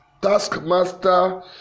taskmaster